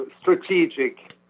strategic